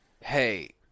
hey